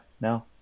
No